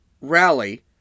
rally